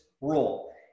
role